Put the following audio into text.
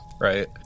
Right